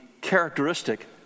characteristic